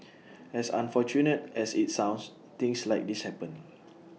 as unfortunate as IT sounds things like this happen